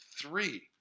three